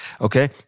Okay